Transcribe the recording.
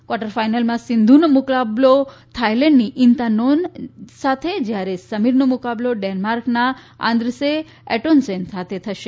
quarter ફાઈનલમાં સિંધુનો મુકાબલો થાઈલેન્ડની ઈંતા નોન સાથે જ્યારે સમીરનો મુકાબલો ડેન્માર્કના આંધ્રસે એટોનસેન સાથે થશે